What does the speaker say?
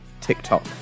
TikTok